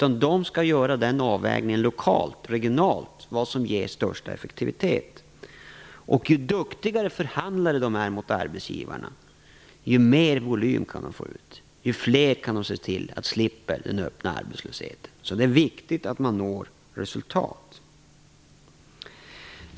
De skall lokalt och regionalt avväga vad som ger störst effektivitet. Ju duktigare förhandlare de är gentemot arbetsgivarna, desto mer volym kan de få ut, desto fler kan de se till som slipper den öppna arbetslösheten. Det är viktigt att man når resultat.